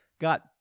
got